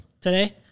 today